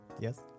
Yes